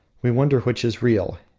we wonder which is real,